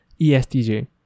E-S-T-J